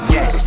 Yes